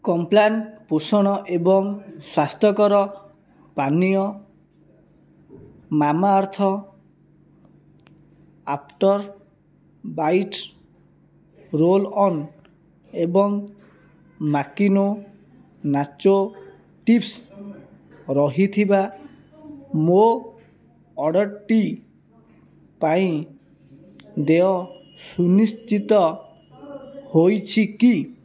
Complan ପୋଷଣ ଏବଂ ସ୍ଵାସ୍ଥ୍ୟକର ପାନୀୟ mama earth after bite roll on ଏବଂ ମାକିନୋ ନାଚୋ ଚିପ୍ସ ରହିଥିବା ମୋ ଅର୍ଡ଼ର୍ଟି ପାଇଁ ଦେୟ ସୁନିଶ୍ଚିତ ହୋଇଛି କି